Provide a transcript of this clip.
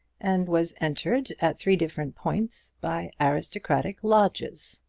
and was entered, at three different points, by aristocratic lodges.